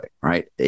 Right